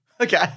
Okay